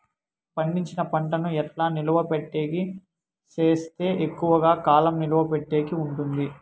పండించిన పంట ను ఎట్లా నిలువ పెట్టేకి సేస్తే ఎక్కువగా కాలం నిలువ పెట్టేకి ఉంటుంది?